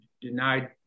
denied